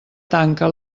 tanca